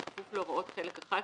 בכפוף להוראות חלק I,